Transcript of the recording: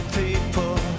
people